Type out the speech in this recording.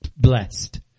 blessed